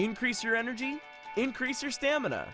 increase your energy increase your stamina